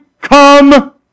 come